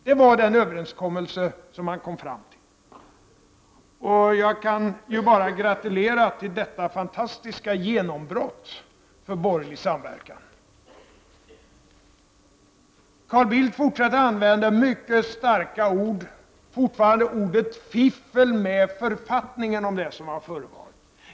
Det var den överenskommelse som man kom fram till. Jag kan bara gratulera till detta fantastiska genombrott för borgerlig samverkan. Carl Bildt fortsatte att använda mycket starka ord, bl.a. ”fiffel med författningen”, om det som har förevarit.